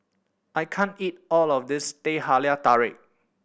I can't eat all of this Teh Halia Tarik